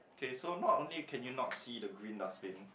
okay so not only you can you not see the green dustbin